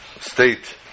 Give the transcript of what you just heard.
state